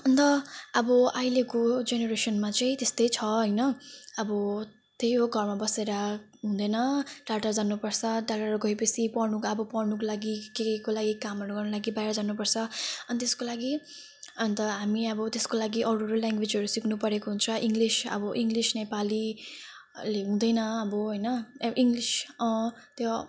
अनि त अब अहिलेको जेनरेसनमा चाहिँ त्यस्तै छ हैन अब त्यही हो घरमा बसेर हुँदैन टाढा जानुपर्छ टाढा टाढा गएपछि पढ्नुको अब पढ्नुको लागि के केको लागि कामहरू गर्नु लागि बाहिर जानुपर्छ अनि त्यसको लागि अनि त हामी अब त्यसको लागि अरू अरू ल्याङग्वेजहरू सिक्नुपरेको हुन्छ इङ्लिस अब इङ्लिस नेपाली ले हुँदैन अब हैन इङ्लिस त्यो